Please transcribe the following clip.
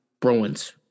Bruins